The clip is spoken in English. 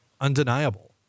undeniable